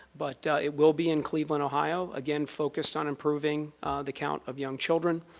but it will be in cleveland, ohio. again focused on improving the count of young children.